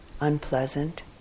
unpleasant